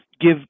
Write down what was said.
give